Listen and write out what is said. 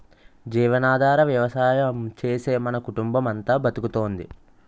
జీవనాధార వ్యవసాయం చేసే మన కుటుంబమంతా బతుకుతోంది